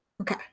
Okay